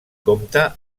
compta